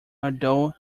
although